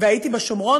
והייתי בשומרון,